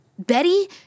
Betty